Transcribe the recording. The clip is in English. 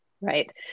right